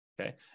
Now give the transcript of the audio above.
Okay